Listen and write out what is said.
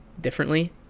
differently